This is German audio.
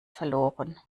verloren